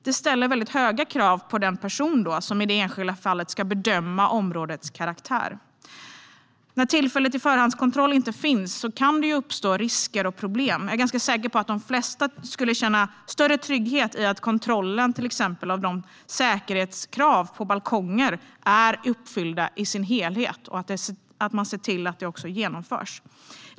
Det ställer höga krav på den person som i det enskilda fallet ska bedöma områdets karaktär. När tillfälle till förhandskontroll inte finns kan det uppstå risker och problem. Jag är ganska säker på att det flesta skulle känna större trygghet genom en kontroll av att säkerhetskraven på balkonger är uppfyllda och genomförda i sin helhet.